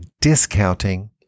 discounting